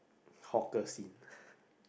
hawker scene